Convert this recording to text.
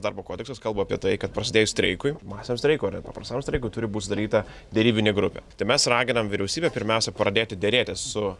darbo kodeksas kalba apie tai kad prasidėjus streikui masiniam streikui o ne paprastam streikui turi būti sudaryta derybinė grupė tai mes raginam vyriausybę pirmiausia pradėti derėtis su